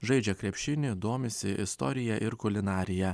žaidžia krepšinį domisi istorija ir kulinarija